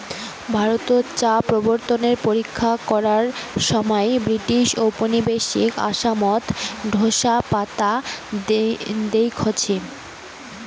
ভারতত চা প্রবর্তনের পরীক্ষা করার সমাই ব্রিটিশ উপনিবেশিক আসামত ঢোসা পাতা দেইখছে